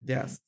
Yes